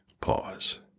Pause